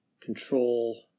control